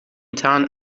town